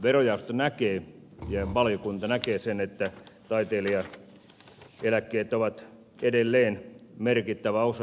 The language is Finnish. verojaosto näkee ja valiokunta näkee sen että taiteilijaeläkkeet ovat edelleen merkittävä osa